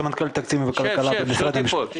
סמנכ"ל תקציב וכלכלה במשרד המשפטים.